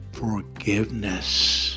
forgiveness